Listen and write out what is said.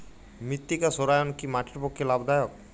মৃত্তিকা সৌরায়ন কি মাটির পক্ষে লাভদায়ক?